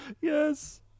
Yes